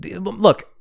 Look